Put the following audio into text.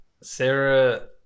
Sarah